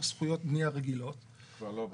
זכויות בנייה רגילות -- כבר לא בטוח.